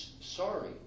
sorry